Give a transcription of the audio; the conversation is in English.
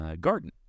garden